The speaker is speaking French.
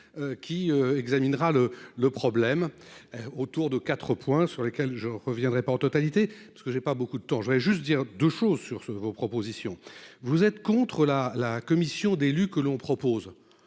Qui examinera le le problème. Autour de 4 points sur lesquels je reviendrai pas en totalité parce que j'ai pas beaucoup de temps, je voudrais juste dire 2 choses sur ce vos propositions, vous êtes contre la, la commission d'élus que l'on propose.